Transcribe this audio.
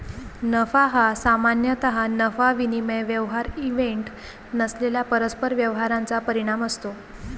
नफा हा सामान्यतः नफा विनिमय व्यवहार इव्हेंट नसलेल्या परस्पर व्यवहारांचा परिणाम असतो